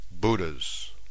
Buddhas